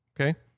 okay